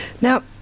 now